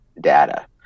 data